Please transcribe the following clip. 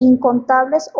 incontables